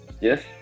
Yes